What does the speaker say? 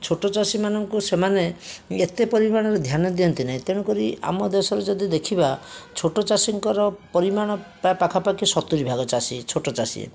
ଛୋଟ ଚାଷୀମାନଙ୍କୁ ସେମାନେ ଏତେ ପରିମାଣରେ ଧ୍ୟାନ ଦିଅନ୍ତି ନାହିଁ ତେଣୁକରି ଆମ ଦେଶରେ ଯଦି ଦେଖିବା ଛୋଟଚାଷୀଙ୍କର ପରିମାଣ ପ୍ରାୟ ପାଖାପାଖି ସତୁରି ଭାଗ ଚାଷୀ ଛୋଟ ଚାଷୀ